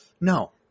No